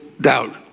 doubt